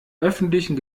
öffentlichen